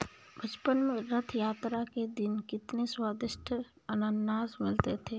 बचपन में रथ यात्रा के दिन कितने स्वदिष्ट अनन्नास मिलते थे